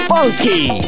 Funky